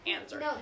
answer